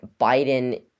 biden